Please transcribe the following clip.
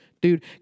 Dude